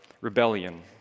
rebellion